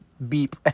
Beep